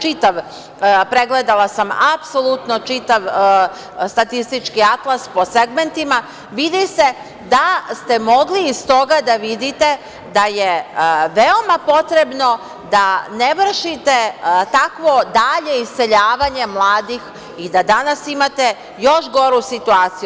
Pregledala sam apsolutno čitav Statistički atlas po segmentima, vidi se da ste mogli iz toga da vidite da je veoma potrebno da ne vršite takvo dalje iseljavanje mladih i da danas imate još goru situaciju.